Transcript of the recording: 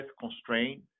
constraint